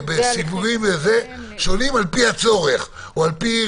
בסיבובים שונים על פי הצורך, או על פי